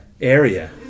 area